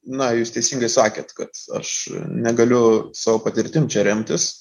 na jūs teisingai sakėt kad aš negaliu savo patirtim čia remtis